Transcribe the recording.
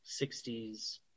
60s